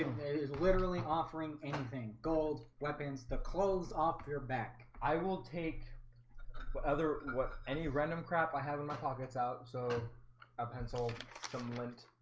there's literally offering anything gold weapons the clothes off your back. i will take other what any random crap i have in my pockets out so a pencil some lint